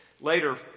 Later